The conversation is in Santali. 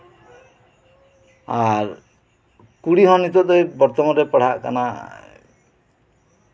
ᱟᱨ ᱠᱩᱲᱤ ᱦᱚᱸ ᱱᱤᱛᱳᱜ ᱫᱚ ᱵᱚᱨᱛᱚᱢᱟᱱ ᱨᱮᱭ ᱯᱟᱲᱦᱟᱜ ᱠᱟᱱᱟ